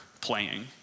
playing